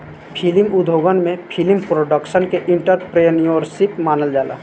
film उद्योगन में film production के एंटरप्रेन्योरशिप मानल जाला